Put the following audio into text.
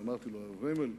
ואמרתי לו: אבריימל,